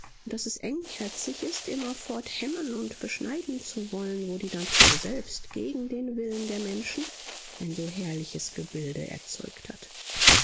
daß es engherzig ist immerfort hemmen und beschneiden zu wollen wo die natur selbst gegen den willen der menschen ein so herrliches gebilde erzeugt hat